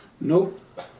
Nope